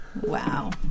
Wow